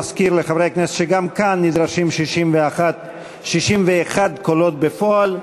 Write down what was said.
אני מזכיר לחברי הכנסת שגם כאן נדרשים 61 קולות בפועל.